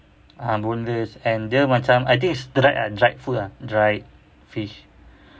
ah boneless and dia macam I think it's dried ah dried food dried fish